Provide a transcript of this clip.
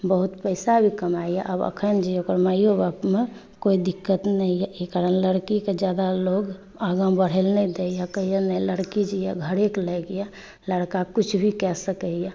बहुत पैसा भी कमाइए आब एखन जे अइ ओकर माइओ बापमे कोइ दिक्कत नहि अइ एहि कारण लड़कीके ज्यादा लोक आगाँ बढ़ैलए नहि दैए कहैए जे नहि लड़की जे अइ घरेके लाइक अइ लड़का किछु भी कऽ सकैए